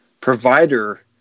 provider